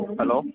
Hello